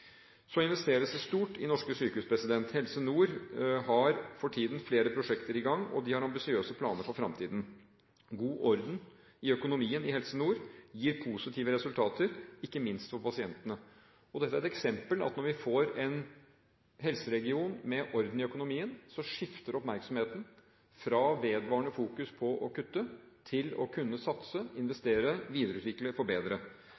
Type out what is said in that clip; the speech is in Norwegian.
investeres stort i norske sykehus. Helse Nord har for tiden flere prosjekter i gang, og de har ambisiøse planer for fremtiden. God orden i økonomien i Helse Nord gir positive resultater, ikke minst for pasientene. Dette er et eksempel på at når vi får en helseregion med orden i økonomien, skifter oppmerksomheten fra vedvarende fokus på å kutte til å kunne satse, investere, videreutvikle og forbedre. Det er nå grunnlag for